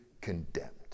condemned